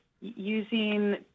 using